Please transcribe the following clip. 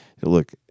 Look